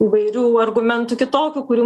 įvairių argumentų kitokių kurių